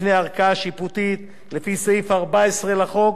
בפני ערכאה שיפוטית: לפי סעיף 14 לחוק